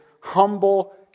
humble